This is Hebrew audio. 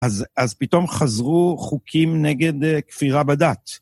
אז פתאום חזרו חוקים נגד כפירה בדת.